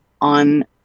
on